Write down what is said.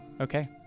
Okay